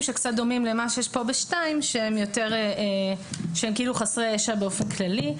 שקצת דומים למה שיש כאן ב-(2) שהם כאילו חסרי ישע באופן כללי.